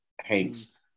Hanks